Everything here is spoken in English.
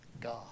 God